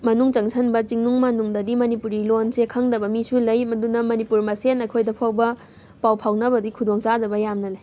ꯃꯅꯨꯡ ꯆꯪꯁꯟꯕ ꯆꯤꯡꯅꯨꯡ ꯃꯥꯅꯨꯡꯗꯗꯤ ꯃꯅꯤꯄꯨꯔꯤ ꯂꯣꯟꯁꯦ ꯈꯪꯗꯕ ꯃꯤꯁꯨ ꯂꯩ ꯃꯗꯨꯅ ꯃꯅꯤꯄꯨꯔꯤ ꯃꯁꯦꯟ ꯑꯩꯈꯣꯏꯗ ꯐꯥꯎꯕ ꯄꯥꯎ ꯐꯥꯎꯅꯕꯒꯤ ꯈꯨꯗꯣꯡ ꯆꯥꯗꯕ ꯌꯥꯝꯅ ꯂꯩ